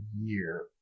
year